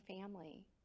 family